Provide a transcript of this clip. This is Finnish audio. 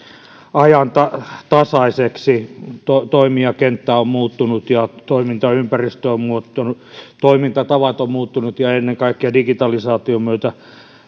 ajantasaiseksi toimijakenttä on muuttunut ja toimintaympäristö on muuttunut toimintatavat ovat muuttuneet ja ennen kaikkea digitalisaation myötä